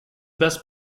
best